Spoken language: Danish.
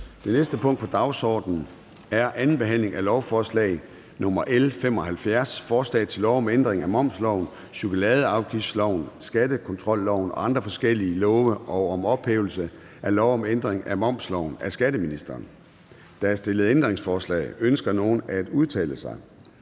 Det næste punkt på dagsordenen er: 24) 2. behandling af lovforslag nr. L 75: Forslag til lov om ændring af momsloven, chokoladeafgiftsloven, skattekontrolloven og forskellige andre love og om ophævelse af lov om ændring af momsloven. (Indberetning af betalingsoplysninger til